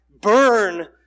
burn